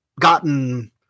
gotten